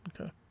Okay